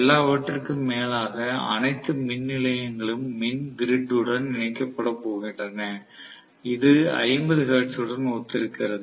எல்லாவற்றிற்கும் மேலாக அனைத்து மின் நிலையங்களும் மின் கிரிட் உடன் இணைக்கப் பட போகின்றன இது 50 ஹெர்ட்ஸுடன் ஒத்திருக்கிறது